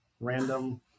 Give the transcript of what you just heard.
random